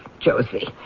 Josie